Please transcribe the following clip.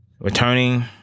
returning